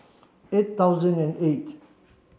eight thousand and eight